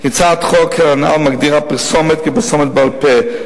כי הצעת החוק הנ"ל מגדירה "פרסומת" כפרסומת בעל-פה,